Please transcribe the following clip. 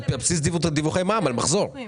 על בסיס דיווחי מע"מ, על בסיס מחזור.